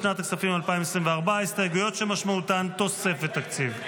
לשנת הכספים 2024. הסתייגויות שמשמעותן תוספת תקציב.